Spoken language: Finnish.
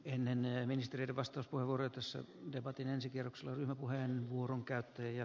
ennen ministerin vastauskuoretessä debatin ensi kierroksella ryhmäpuheenvuoron käyttäjiä